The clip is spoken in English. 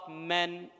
men